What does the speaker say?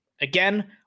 Again